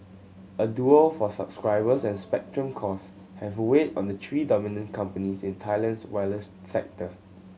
a duel for subscribers and spectrum cost have weighed on the three dominant companies in Thailand's wireless sector